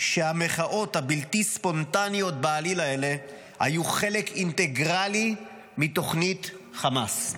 שהמחאות הבלתי-ספונטניות בעליל האלה היו חלק אינטגרלי מתוכנית חמאס.